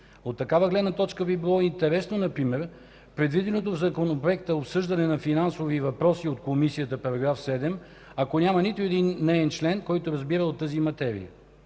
От такава гледна точка би било интересно например предвиденото в Законопроекта обсъждане на финансови въпроси от Комисията (§ 7), ако няма нито един неин член, който разбира от тази материя.